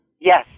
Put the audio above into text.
Yes